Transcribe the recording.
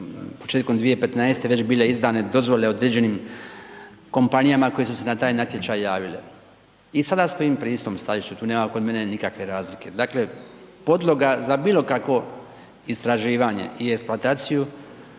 početkom već 2015. bile izdane dozvole određenim kompanijama koje su se na taj natječaj javile. I sada stojim pri istom stajalištu, tu nema kod mene nikakve razlike. Dakle, podloga za bilo kakvo istraživanje i eksploataciju